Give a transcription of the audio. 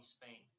Spain